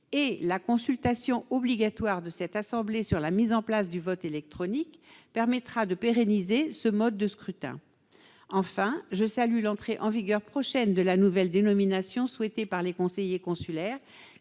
et la consultation obligatoire de cette assemblée sur la mise en place du vote électronique permettront de pérenniser ce mode de scrutin. Enfin, je salue l'entrée en vigueur prochaine de la nouvelle dénomination souhaitée par les conseillers consulaires